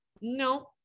no